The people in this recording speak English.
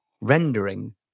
rendering